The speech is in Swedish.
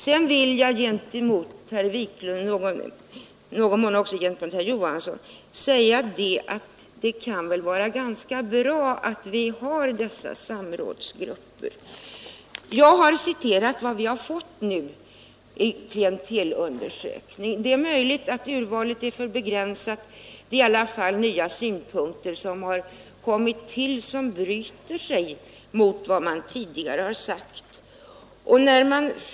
Sedan vill jag gentemot herr Wiklund i Stockholm, i någon mån gentemot herr Johansson i Växjö, säga att det kan väl vara ganska bra att vi har dessa samrådsgrupper. Jag har citerat vad som kommit ut av en klientelundersökning. Det är möjligt att urvalet är för begränsat, men nya Synpunkter har i alla fall kommit till som bryter mot vad man tidigare har sagt.